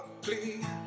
please